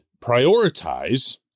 prioritize